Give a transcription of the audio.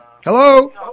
Hello